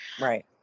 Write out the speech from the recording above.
Right